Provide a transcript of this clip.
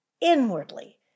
inwardly